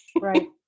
Right